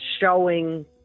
showing